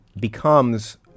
becomes